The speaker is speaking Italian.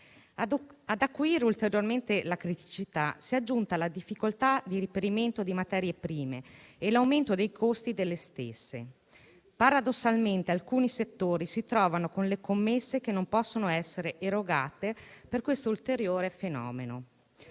Ad acuire ulteriormente le criticità, si sono aggiunti la difficoltà di reperimento delle materie prime e l'aumento dei costi delle stesse. Paradossalmente alcuni settori si trovano con le commesse che non possono essere erogate per questo ulteriore fenomeno.